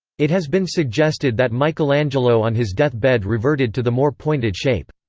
it has been suggested that michelangelo on his death bed reverted to the more pointed shape.